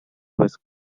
was